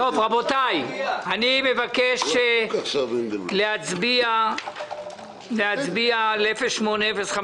רבותי, אני מבקש להצביע על בקשה מס' 08-015: